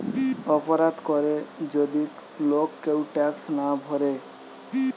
অপরাধ করে যদি লোক কেউ ট্যাক্স না ভোরে